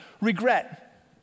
Regret